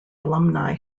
alumni